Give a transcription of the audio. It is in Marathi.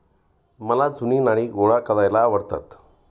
मला जुनी नाणी गोळा करायला आवडतात